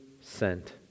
sent